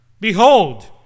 Behold